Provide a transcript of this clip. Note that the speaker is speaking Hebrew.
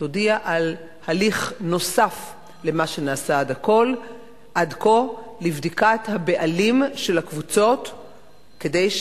על הליך נוסף על מה שנעשה עד כה לבדיקת הבעלים של הקבוצות כדי,